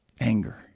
Anger